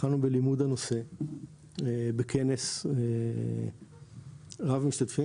אנחנו התחלנו בלימוד הנושא בכנס רב משתתפים